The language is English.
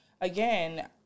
again